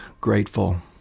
grateful